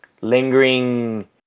lingering